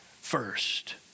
first